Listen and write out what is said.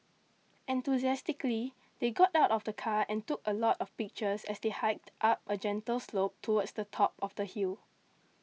enthusiastically they got out of the car and took a lot of pictures as they hiked up a gentle slope towards the top of the hill